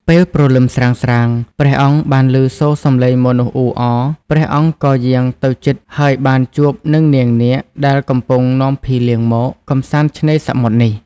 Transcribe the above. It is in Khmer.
ពេលព្រលឹមស្រាងៗ ព្រះអង្គបានឮសូរសំឡេងមនុស្សអ៊ូអរ ព្រះអង្គក៏យាងទៅជិត ហើយបានជួបនឹងនាងនាគដែលកំពុងនាំភីលៀងមក កម្សាន្តឆ្នេរសមុទ្រនេះ។